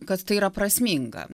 kad tai yra prasminga